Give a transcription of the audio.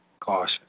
Caution